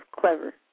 clever